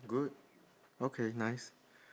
good okay nice